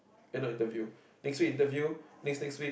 then the interview next week interview next next week